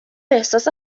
احساس